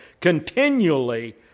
continually